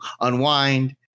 unwind